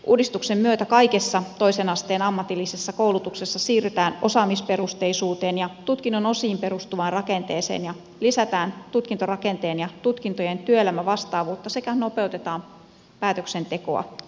uudistuksen myötä kaikessa toisen asteen ammatillisessa koulutuksessa siirrytään osaamisperusteisuuteen ja tutkinnonosiin perustuvaan rakenteeseen ja lisätään tutkintorakenteen ja tutkintojen työelämävastaavuutta sekä nopeutetaan päätöksentekoa